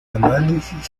análisis